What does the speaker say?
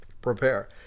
Prepare